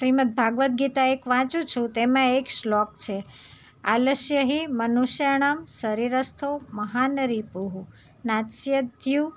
શ્રીમદ્ ભગવદ્ ગીતા એક વાંચું છું તેમાં એક શ્લોક છે આલશ્ય હી મનુશાણમ શરીરઅસ્થો મહાન રિપુહું નાત્સયતયુ